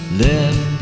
left